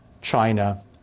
China